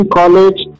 college